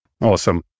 Awesome